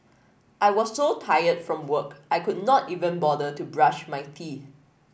I was so tired from work I could not even bother to brush my teeth